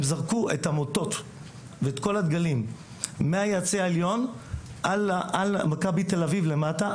הם זרקו את המוטות ואת כל הדגלים מהיציע העליון על מכבי תל אביב למטה,